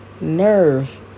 nerve